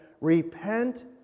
Repent